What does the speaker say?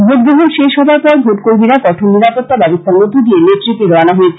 ভোটগ্রহণ শেষ হবার পর ভোটকর্মীরা কঠোর নিরাপত্তা ব্যবস্থার মধ্য দিয়ে নেট্রিপে রওয়ানা হয়েছেন